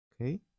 Okay